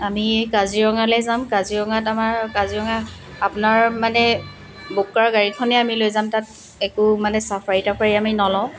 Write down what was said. আমি কাজিৰঙালৈ যাম কাজিৰঙাত আমাৰ কাজিৰঙা আপোনাৰ মানে বুক কৰা গাড়ীখনেই আমি লৈ যাম তাত একো মানে ছাফাৰী তাফাৰী আমি নলওঁ